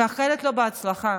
מאחלת לו הצלחה,